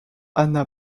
ana